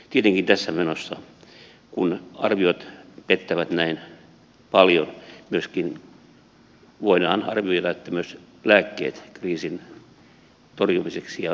tietenkin tässä menossa kun arviot pettävät näin paljon voidaan arvioida että myös lääkkeet kriisin torjumiseksi ja